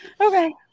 Okay